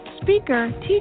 speaker